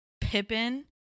Pippin